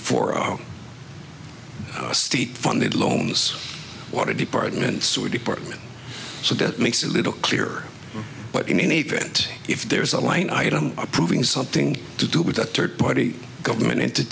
for our state funded loan is what it departments or department so that makes it a little clearer but in any event if there's a line item approving something to do with a third party government ent